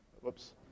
Whoops